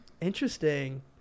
interesting